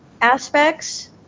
aspects